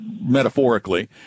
metaphorically